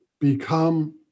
become